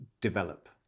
develop